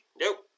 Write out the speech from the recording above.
Nope